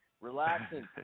relaxing